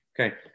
Okay